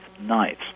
night